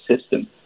system